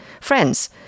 friends